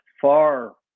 far